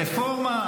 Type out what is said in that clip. רפורמה,